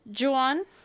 Juan